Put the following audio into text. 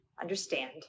understand